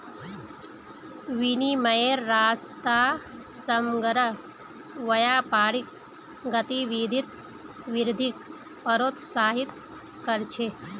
विनिमयेर रास्ता समग्र व्यापारिक गतिविधित वृद्धिक प्रोत्साहित कर छे